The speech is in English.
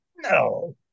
No